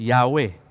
Yahweh